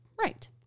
Right